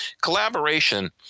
collaboration